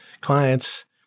Clients